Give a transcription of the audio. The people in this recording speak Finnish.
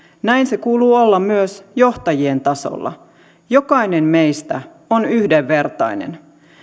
näin sen kuuluu olla myös johtajien tasolla jokainen meistä on yhdenvertainen